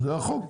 זה החוק.